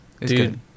Dude